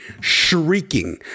shrieking